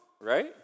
right